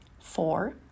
Four